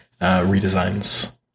redesigns